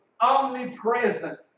omnipresent